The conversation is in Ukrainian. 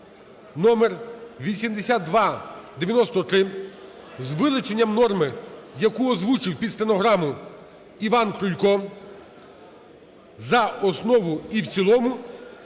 (№ 8293) з вилученням норми, яку озвучив під стенограму Іван Крулько, за основу і в цілому